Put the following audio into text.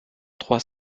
trois